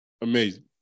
Amazing